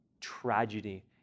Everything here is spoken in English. tragedy